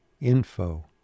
info